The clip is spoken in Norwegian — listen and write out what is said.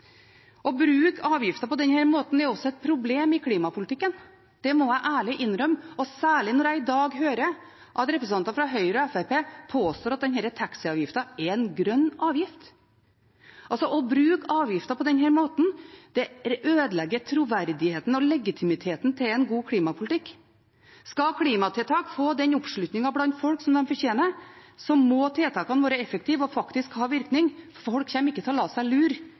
Å bruke avgifter på denne måten er også et problem i klimapolitikken. Det må jeg ærlig innrømme, særlig når jeg i dag hører representanter fra Høyre og Fremskrittspartiet påstå at denne taxiavgiften er en grønn avgift. Å bruke avgifter på denne måten ødelegger troverdigheten og legitimiteten til en god klimapolitikk. Skal klimatiltak få en fortjent oppslutning blant folk, må tiltakene være effektive og faktisk ha virkning. Folk kommer ikke til å la seg lure